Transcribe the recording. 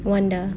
wonder